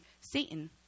Satan